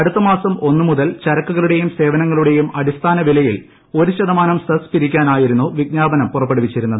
അടുത്തമാസം ഒന്നുമുതൽ ചരക്കുകളുടെയും സേവനങ്ങളുടെയും അടിസ്ഥാനവിലയിൽ ഒരു ശതമാനം സെസ് പിരിക്കാനായിരുന്നു വിജ്ഞാപനം പുറപ്പെടുവിച്ചിരുന്നത്